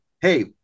hey